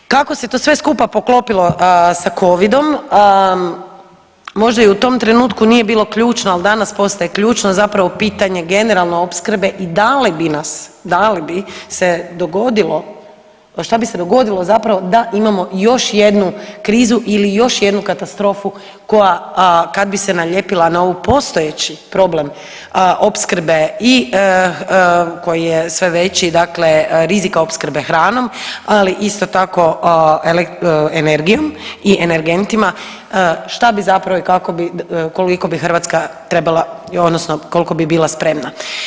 Kako se to sve skupa poklopilo sa covidom, možda i u tom trenutku nije bilo ključno, al danas postaje ključno zapravo pitanje generalno opskrbe i da li bi nas, da li bi se dogodilo, šta bi se dogodilo zapravo da imamo još jednu krizu ili još jednu katastrofu koja kad bi se nalijepila na ovu postojeći problem opskrbe i koji je sve veći, dakle rizika opskrbe hranom, ali isto tako energijom i energentima šta bi zapravo i kako bi, koliko bi Hrvatska trebala odnosno koliko bi bila spremana.